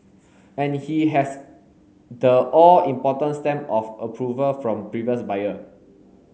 and he has the all important stamp of approval from previous buyer